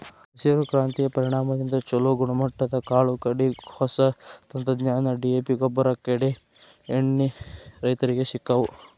ಹಸಿರು ಕ್ರಾಂತಿಯ ಪರಿಣಾಮದಿಂದ ಚುಲೋ ಗುಣಮಟ್ಟದ ಕಾಳು ಕಡಿ, ಹೊಸ ತಂತ್ರಜ್ಞಾನ, ಡಿ.ಎ.ಪಿಗೊಬ್ಬರ, ಕೇಡೇಎಣ್ಣಿ ರೈತರಿಗೆ ಸಿಕ್ಕವು